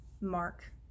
mark